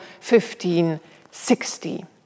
1560